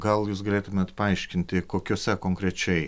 gal jūs galėtumėt paaiškinti kokiose konkrečiai